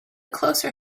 closer